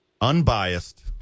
Unbiased